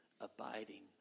abiding